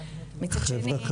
מצד שני --- חרום,